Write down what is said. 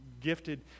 gifted